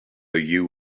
you